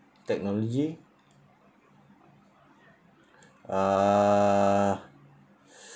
technology uh